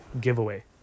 giveaway